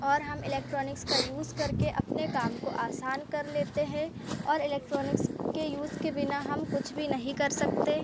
और हम इलेक्ट्रॉनिक्स का यूज़ करके अपने काम को आसान कर लेते हैं और इलेक्ट्रॉनिक्स के यूज़ के बिना हम कुछ भी नहीं कर सकते